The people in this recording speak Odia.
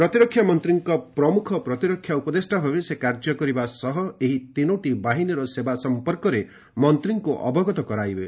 ପ୍ରତିରକ୍ଷା ମନ୍ତ୍ରୀଙ୍କ ପ୍ରମୁଖ ପ୍ରତିରକ୍ଷା ଉପଦେଷ୍ଟା ଭାବେ ସେ କାର୍ଯ୍ୟ କରିବା ସହ ଏହି ତିନୋଟି ବାହିନୀର ସେବା ସମ୍ପର୍କରେ ମନ୍ତ୍ରୀଙ୍କୁ ଅବଗତ କରାଇବେ